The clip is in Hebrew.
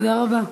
תודה רבה.